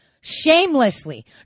shamelessly